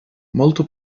molto